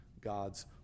God's